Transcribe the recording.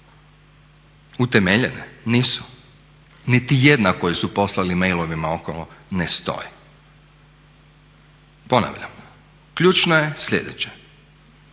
utemeljene. Nisu, niti jedna koju su poslali mailova okolo ne stoji. Ponavljam, ključno je sljedeće.